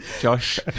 josh